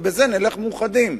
ובזה נלך מאוחדים,